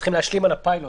צריכים להשלים על הפיילוט.